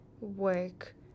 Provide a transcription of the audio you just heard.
work